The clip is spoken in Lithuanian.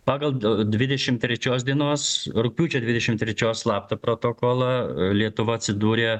pagal dvidešimt trečios dienos rugpjūčio dvidešimt trečios slaptą protokolą lietuva atsidūrė